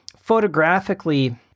photographically